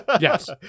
Yes